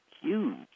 huge